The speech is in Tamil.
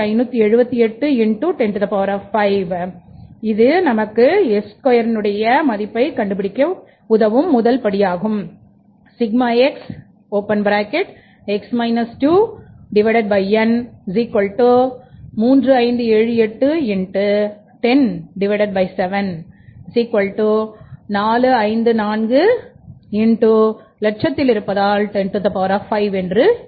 sஎன்பது ∑X x 2 n3578x107454x105